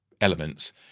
elements